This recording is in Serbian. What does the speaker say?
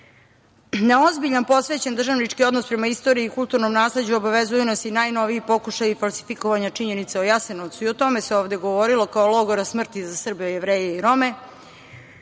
ozbiljan posvećen državnički odnos prema istoriji i kulturnom nasleđu obavezuju nas i najnoviji pokušaji falsifikovanja činjenica u Jasenovcu, i o tome se ovde govorilo, kao logora smrti za Srbe, Jevreje i Rome.